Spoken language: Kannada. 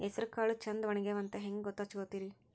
ಹೆಸರಕಾಳು ಛಂದ ಒಣಗ್ಯಾವಂತ ಹಂಗ ಗೂತ್ತ ಹಚಗೊತಿರಿ?